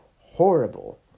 horrible